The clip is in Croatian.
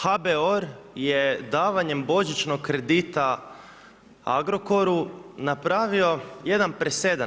HBOR je davanjem božićnog kredita Agrokoru napravio jedan presedan.